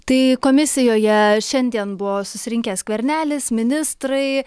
tai komisijoje šiandien buvo susirinkę skvernelis ministrai